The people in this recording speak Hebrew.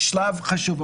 זה שלב חשוב,